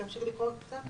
להמשיך לקרוא עוד קצת.